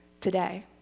today